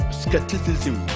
skepticism